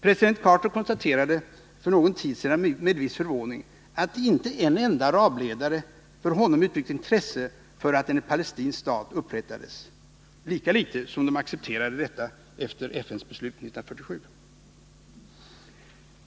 President Carter konstaterade för någon tid sedan med viss förvåning att inte en enda arabledare för honom uttryckt intresse för att en palestinsk stat upprättades — lika litet som de accepterade detta efter FN:s beslut 1947.